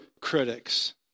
critics